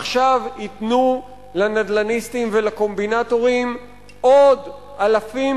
עכשיו ייתנו לנדל"ניסטים ולקומבינטורים עוד אלפים